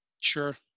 Sure